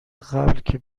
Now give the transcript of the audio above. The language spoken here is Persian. قبل، که